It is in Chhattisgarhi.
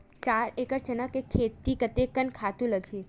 चार एकड़ चना के खेती कतेकन खातु लगही?